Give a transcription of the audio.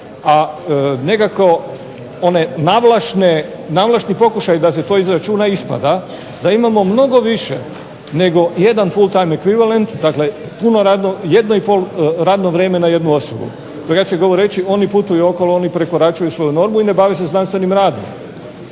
a nekako one navlašne, navlašni pokušaji da se to izračuna ispada da imamo mnogo više nego jedan full time equivalent. Dakle, jedno i pol radno vrijeme na jednu osobu. Drugačije govoreći oni putuju okolo, oni prekoračuju svoju normu i ne bave se znanstvenim radom.